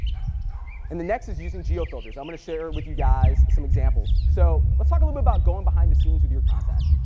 and the next is using geo filters. i'm gonna share with you guys some examples. so let's talk about going behind the scenes with your content.